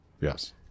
yes